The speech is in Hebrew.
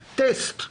טסט,